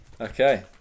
Okay